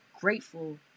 grateful